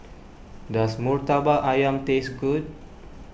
does Murtabak Ayam taste good